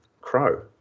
crow